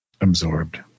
Absorbed